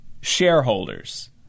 shareholders